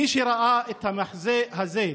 מי שראה את המחזה הזה,